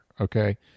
okay